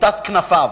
ממוטת כנפיו,